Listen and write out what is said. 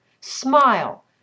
smile